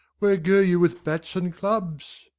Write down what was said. where go you with bats and clubs?